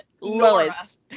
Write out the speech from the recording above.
Lois